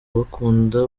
bakunda